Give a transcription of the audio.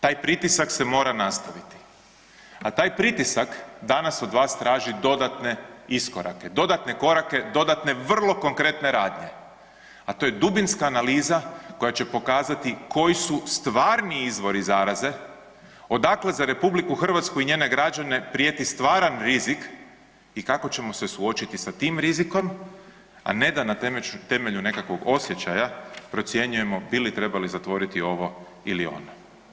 Taj pritisak se mora nastaviti, a taj pritisak danas od vas traži dodatne iskorake, dodatne korake, dodatne vrlo konkretne radnje, a to je dubinska analiza koja će pokazati koji su stvarni izvori zaraze, odakle za RH i njene građane prijeti stvaran rizik i kako ćemo se suočiti sa tim rizikom, a ne da na temelju nekakvog osjećaja procjenjujemo bi li trebali zatvoriti ovo ili ono.